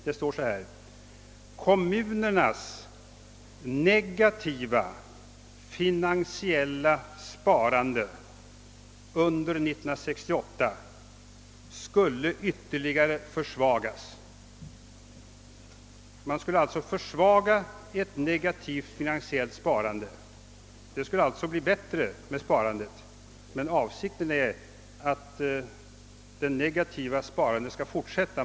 Där står det: »Kommunernas negativa finansiella sparande under 1968 skulle ytterligare försvagas». Man skulle alltså försvaga ett negativt finansiellt sparande. Det skulle alltså bli bättre med sparandet! Men avsikten är att det negativa sparandet skall fortsätta.